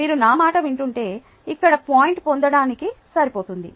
మీరు నా మాట వింటుంటే ఇక్కడ పాయింట్ పొందడానికి సరిపోతుంది